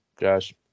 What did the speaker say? Josh